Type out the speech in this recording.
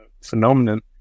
phenomenon